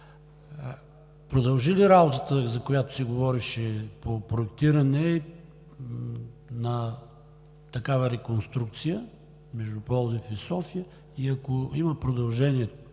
Продължи ли работата, за която се говореше по проектиране на такава реконструкция между Пловдив – София и ако има продължение,